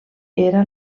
era